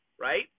Right